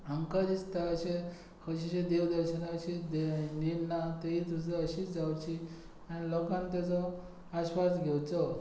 आमकां दिसता अशें खंयच्याय जे देवदर्शनाक अशी नीट ना ती सुद्दां अशींच जावचीं आनी लोकान ताजो आस्वाद घेवचो